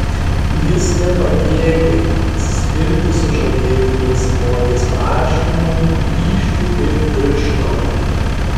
jis nepajėgia atsispirti sužadėtinės modės prašymui grįžti į bridžtauną